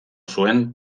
zuen